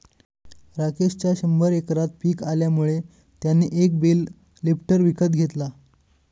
राकेशच्या शंभर एकरात पिक आल्यामुळे त्याने एक बेल लिफ्टर विकत घेतला